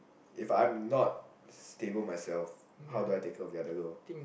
if I'm not stable myself how do I take care of the other girl